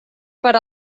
per